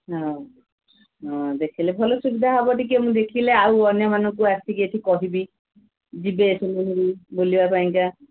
ହଁ ହଁ ଦେଖିଲେ ଭଲ ସୁବିଧା ହେବ ଟିକେ ମୁଁ ଦେଖିଲେ ଆଉ ଅନ୍ୟମାନଙ୍କୁ ଆସିକି ଏଠି କହିବି ଯିବେ ସେମାନେ ବି ବୁଲିବା ପାଇଁକା